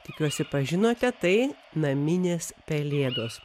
tikiuosi pažinote tai naminės pelėdos